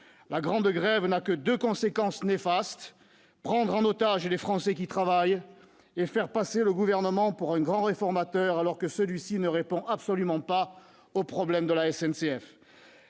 La grande grève n'a que deux conséquences néfastes : prendre en otage les Français qui travaillent, et faire passer le Gouvernement pour un grand réformateur, alors que celui-ci ne répond absolument pas aux problèmes de la SNCF.